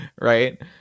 Right